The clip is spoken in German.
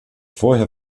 vorher